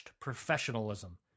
professionalism